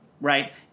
right